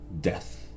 death